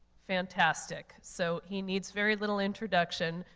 fantastic. so he needs very little introduction,